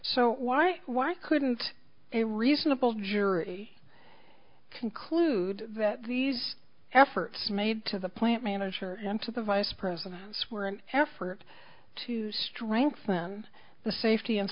so why why couldn't a reasonable jury conclude that these efforts made to the plant manager and to the vice presidents were an effort to strengthen the safety and